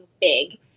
big